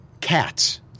cats